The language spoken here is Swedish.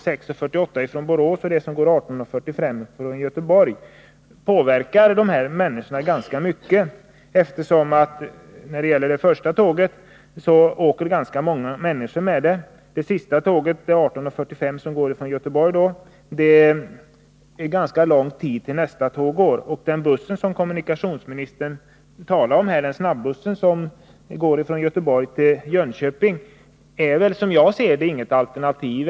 6.48 från Borås och 18.45 från Göteborg påverkar människorna ganska mycket. Det är många människor som åker med tåget kl. 6.48 från Borås, och efter tåget kl. 18.45 dröjer det länge tills nästa tåg går. Den buss som kommunikationsministern nämnde, snabbussen från Göteborg till Jönköping, är som jag ser det inget alternativ.